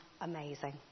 amazing